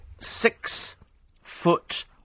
six-foot